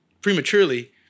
prematurely